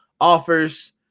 offers